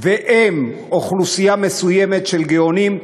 והם אוכלוסייה מסוימת של גאונים,